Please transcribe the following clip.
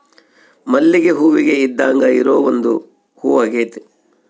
ಮಲ್ಲಿಗೆ ಹೂವಿಗೆ ಇದ್ದಾಂಗ ಇರೊ ಒಂದು ಹೂವಾಗೆತೆ